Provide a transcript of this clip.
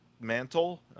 mantle